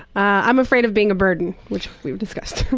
i'm afraid of being a burden, which we've discussed.